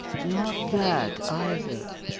not that, either.